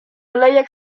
lejek